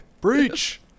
Breach